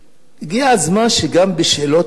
הגיע הזמן שגם עם שאלות קשות